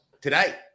today